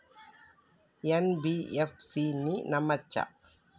NBFC ని నమ్మచ్చా?